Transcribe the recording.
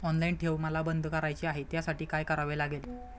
Online ठेव मला बंद करायची आहे, त्यासाठी काय करावे लागेल?